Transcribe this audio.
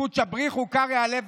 קודשא בריך הוא קארי עליה,